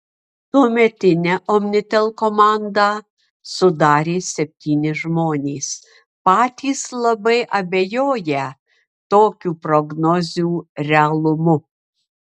tuometinę omnitel komandą sudarė septyni žmonės patys labai abejoję tokių prognozių realumu